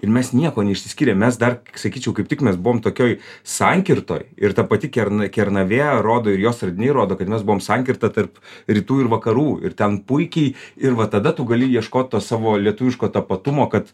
ir mes niekuo neišsiskyrėm mes dar sakyčiau kaip tik mes buvom tokioj sankirtoj ir ta pati kerna kernavė rodo ir jos radiniai rodo kad mes buvom sankirta tarp rytų ir vakarų ir ten puikiai ir va tada tu gali ieškot to savo lietuviško tapatumo kad